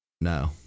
No